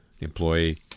Employee